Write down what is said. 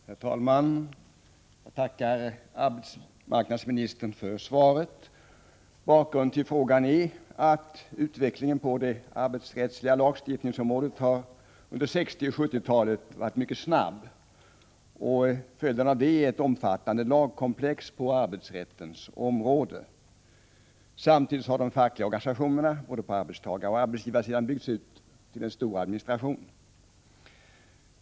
Herr talman! Jag tackar arbetsmarknadsministern för svaret. Bakgrunden till frågan är att utvecklingen på det arbetsrättsliga lagstiftningsområdet under 1960 och 70-talen har varit mycket snabb. Följden av detta är ett omfattande lagkomplex på arbetsrättens område. Samtidigt har de fackliga organisationerna på både arbetstagaroch arbetsgivarsidan byggts ut till en stor administration.